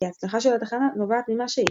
כי ההצלחה של התחנה נובעת ממה שהיא.